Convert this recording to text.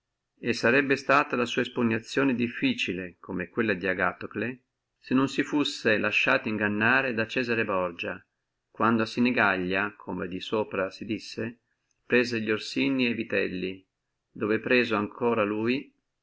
e sarebbe suta la sua espugnazione difficile come quella di agatocle se non si fussi suto lasciato ingannare da cesare borgia quando a sinigallia come di sopra si disse prese li orsini e vitelli dove preso ancora lui